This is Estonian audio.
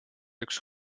üks